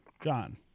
john